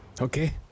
Okay